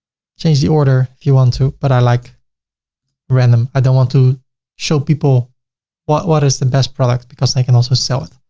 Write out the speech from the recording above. change the order, if you want to, but i like random, i don't want to show people what what is the best product because they can also sell it.